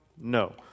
No